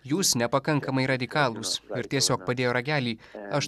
jūs nepakankamai radikalūs ir tiesiog padėjo ragelį aš